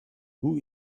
who